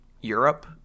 Europe